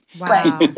Wow